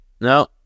No